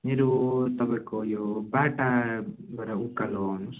मेरो तपाईँको यो बाटाबाट उकालो आउनुहोस्